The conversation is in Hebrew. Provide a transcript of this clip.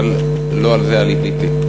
אבל לא לזה עליתי.